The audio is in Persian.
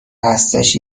هستش